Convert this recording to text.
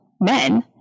men